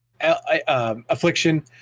affliction